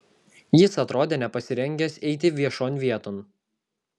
jis atrodė nepasirengęs eiti viešon vieton